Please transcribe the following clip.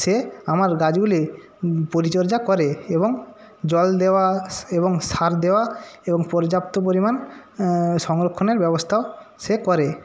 সে আমার গাছগুলির পরিচর্যা করে এবং জল দেওয়া এবং সার দেওয়া এবং পর্যাপ্ত পরিমাণ সংরক্ষণের ব্যবস্থাও সে করে